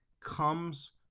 comes